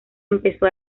empezó